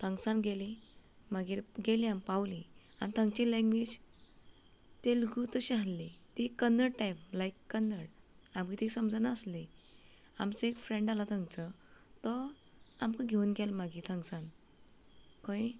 हांग सावन गेली मागीर गेली आमी पावली आनी तांची लँग्वेज तेलुगू तशी आसली ती कन्नड टायप लायक कन्नड आमकां ती समजनासली आमचो एक फ्रेंड आसलो थंयचो तो आमकां घेवन गेलो मागीर थांग सावन खंय